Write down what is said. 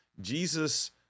Jesus